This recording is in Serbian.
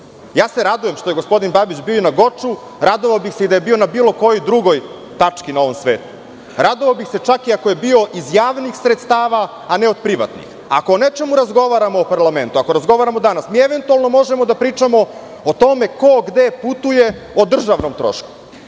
ja se radujem što je gospodin Babić bio na Goču, radovao bih se i da je bio na bilo kojoj drugoj tački na ovom svetu, radovao bih se čak i ako je bio iz javnih sredstava, a ne od privatnih. Ako o nečemu razgovaramo u parlamentu, ako razgovaramo danas, mi eventualno možemo da pričamo o tome ko gde putuje o državnom trošku.